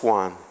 one